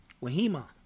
Wahima